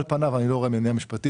על פניו, אני לא רואה מניעה משפטית,